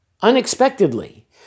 Unexpectedly